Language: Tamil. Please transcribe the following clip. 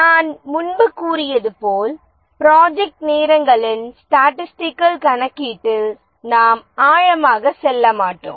நான் முன்பு கூறியது போல் ப்ரொஜெக்ட் நேரங்களின் ஸ்டாடிஸ்டிக்கல் கணக்கீட்டில் நாம் ஆழமாக செல்ல மாட்டோம்